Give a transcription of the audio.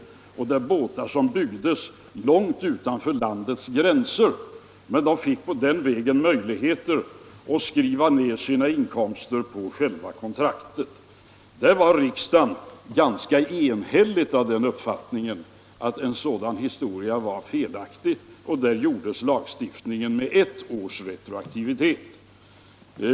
Det gällde båtar som byggdes långt utanför landets gränser. Vederbörande fick på den vägen möjligheter att skriva ned sina inkomster på själva kontraktet. Riksdagen var ganska enhälligt av den uppfattningen att en sådan historia var felaktig, och lagstiftningen gjordes med ett års retroaktivitet.